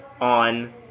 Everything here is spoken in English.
on